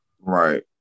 Right